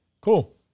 Cool